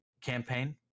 campaign